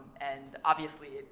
and obviously,